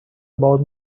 about